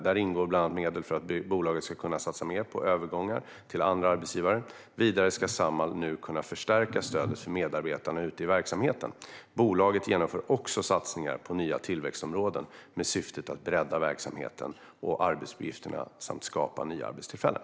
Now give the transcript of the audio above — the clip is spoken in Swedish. Där ingår bland annat medel för att bolaget ska kunna satsa mer på övergångar till andra arbetsgivare. Vidare ska Samhall nu kunna förstärka stödet till medarbetarna ute i verksamheten. Bolaget genomför också satsningar på nya tillväxtområden med syftet att bredda verksamheten och arbetsuppgifterna samt skapa nya arbetstillfällen.